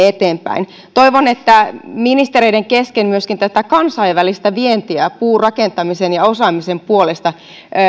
eteenpäin toivon että ministereiden kesken myöskin kansainvälistä vientiä puurakentamisen ja osaamisen puolesta